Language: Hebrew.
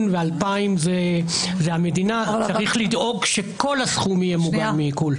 ו-2,000 זה המדינה צריך לדאוג שכל הסכום יהיה מוגן מעיקול.